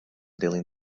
dilyn